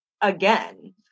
again